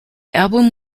album